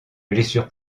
blessure